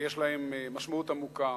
שיש להם משמעות עמוקה,